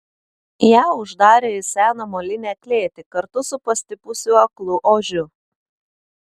ją uždarė į seną molinę klėtį kartu su pastipusiu aklu ožiu